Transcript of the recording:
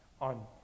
on